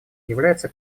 является